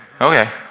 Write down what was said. Okay